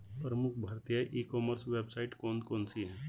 प्रमुख भारतीय e commerce website कौन कौन सी हैं?